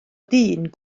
dyn